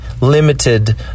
limited